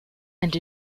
and